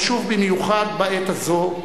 חשוב במיוחד בעת הזו,